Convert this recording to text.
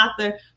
author